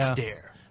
dare